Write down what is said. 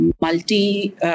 multi-